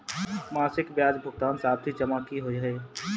मासिक ब्याज भुगतान सावधि जमा की होइ है?